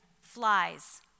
flies